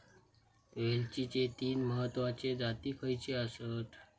वेलचीचे तीन महत्वाचे जाती खयचे आसत?